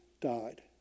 died